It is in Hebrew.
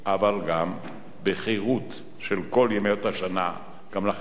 אבל גם בחֵירוּת של כל ימות השנה גם לאחר הבחירות.